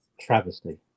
travesty